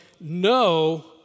no